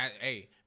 Hey